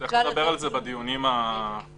צריך לדבר על זה בדיונים הגדולים.